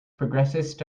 progressist